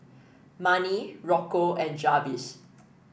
Marni Rocco and Jarvis